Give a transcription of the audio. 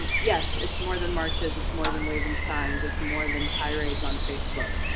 yes, it's more than marches, it's more than waving signs, it's more than tirades on facebook.